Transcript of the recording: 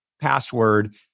password